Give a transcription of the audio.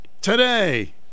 today